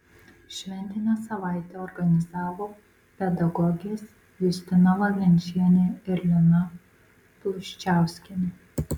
šventinę savaitę organizavo pedagogės justina valančienė ir lina pluščiauskienė